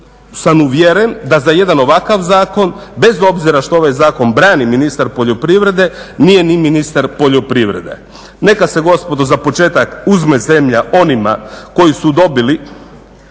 sam uvjeren da za jedan ovakav zakon bez obzira što ovaj zakon brani ministar poljoprivrede nije ni ministar poljoprivrede. Neka se gospodo za početak uzme zemlja onima koji su dobili